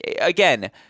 again